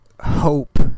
hope